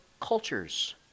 cultures